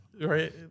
right